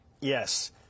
Yes